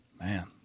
Man